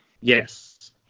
Yes